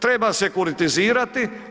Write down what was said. Treba sekuritizirati.